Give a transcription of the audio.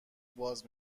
باز